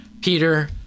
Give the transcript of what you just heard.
Peter